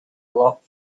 lot